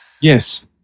Yes